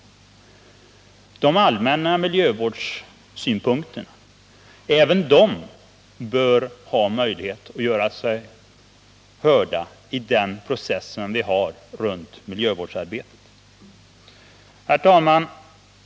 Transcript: Även de allmänna miljövårdssynpunkterna bör få framföras i den process vi har runt miljövårdsarbetet. Herr talman!